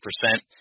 percent